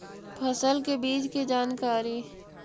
फसल के बीज की जानकारी?